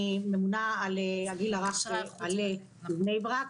אני ממונה על הגיל הרך בעל"ה בבני ברק,